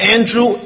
Andrew